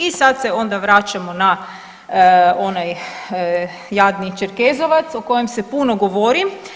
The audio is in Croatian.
I sad se onda vraćamo na onaj jadni Čerkezovac o kojem se puno govori.